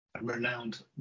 renowned